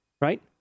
right